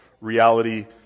reality